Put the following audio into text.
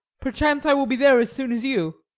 perchance i will be there as soon as you.